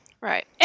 Right